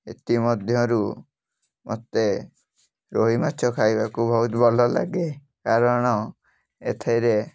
ଏଥିମଧ୍ୟରୁ ମୋତେ ରୋହି ମାଛ ଖାଇବାକୁ ବହୁତ ଭଲ ଲାଗେ କାରଣ ଏଥିରେ